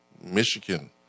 Michigan